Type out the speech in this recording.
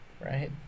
right